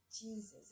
Jesus